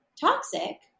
toxic